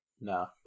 No